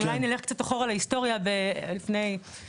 אז אולי אני אלך קצת אחורה להיסטוריה לפני --- להתכנס,